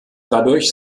dadurch